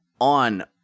on